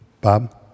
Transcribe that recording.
Bob